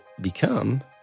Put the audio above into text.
become